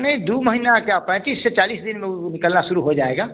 और नहीं दो महीना क्या पैंतीस से चालीस दिन वह निकलना शुरू हो जाएगा